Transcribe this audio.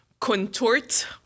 contort